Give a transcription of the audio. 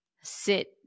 sit